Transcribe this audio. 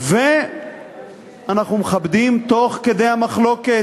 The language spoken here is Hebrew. אנחנו מכבדים, תוך כדי המחלוקת,